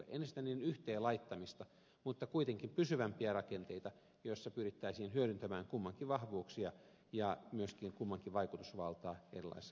en esitä niiden yhteen laittamista mutta kuitenkin pysyvämpiä rakenteita joissa pyrittäisiin hyödyntämään kummankin vahvuuksia ja myöskin kummankin vaikutusvaltaa erilaissa eurooppalaisissa organisaatioissa